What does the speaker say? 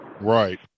Right